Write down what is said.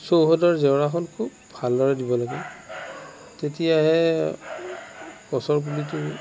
চৌহদৰ জেওৰাখন খুব ভালদৰে দিব লাগিব তেতিয়াহে গছৰ পুলিটো